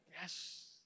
Yes